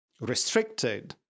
restricted